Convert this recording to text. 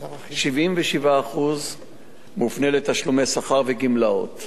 77% מופנים לתשלומי שכר וגמלאות,